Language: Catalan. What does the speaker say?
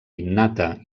innata